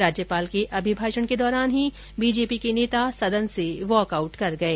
राज्यपाल के अभिभाषण के दौरान ही बीजेपी के नेता सदन से वॉकआउट कर गए